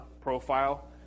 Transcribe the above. profile